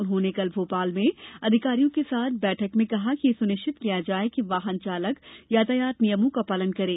उन्होंने कल भोपाल में अधिकारियों के साथ बैठक में कहा कि यह सुनिश्चित किया जाये कि वाहन चालक यातायात नियमों का पालन करें